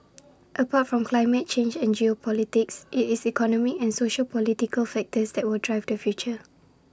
apart from climate change and geopolitics IT is economic and sociopolitical factors that will drive the future